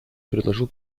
предложил